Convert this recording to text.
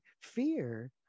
fear